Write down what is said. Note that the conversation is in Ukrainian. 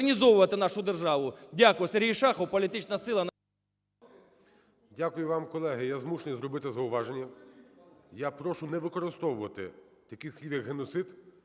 Дякую вам. Колеги, я змушений зробити зауваження. Я прошу не використовувати таких слів, як "геноцид",